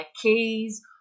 keys